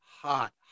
hot